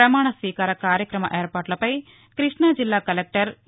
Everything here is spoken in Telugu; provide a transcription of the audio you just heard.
ప్రమాణస్వీకార కార్యక్రమ ఏర్పాట్లపై కృష్ణి జిల్లా కలెక్టర్ ఎ